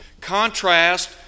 Contrast